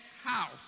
house